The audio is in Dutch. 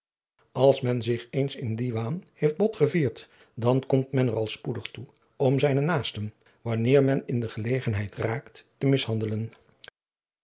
als men zich eens in dien waan heeft botgevierd dan komt men er al spoedig toe om zijne naasten wanneer men in de gelegenheid raakt te mishandelen